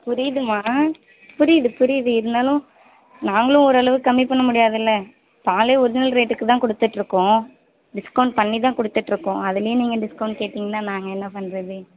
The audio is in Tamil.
புரியுதும்மா புரியுது புரியுது இருந்தாலும் நாங்களும் ஓரளவுக்கு கம்மி பண்ண முடியாதில்லை பாலே ஒரிஜினல் ரேட்டுக்கு தான் கொடுத்துட்டுருக்கோம் டிஸ்கவுண்ட் பண்ணி தான் கொடுத்துட்டுருக்கோம் அதிலியும் நீங்கள் டிஸ்கவுண்ட் கேட்டிங்கனால் நாங்கள் என்ன பண்ணுறது